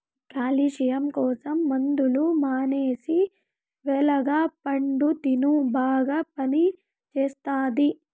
calcium కోసం మందులు మానేసి వెలగ పండు తిను బాగా పనిచేస్తది